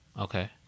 Okay